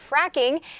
fracking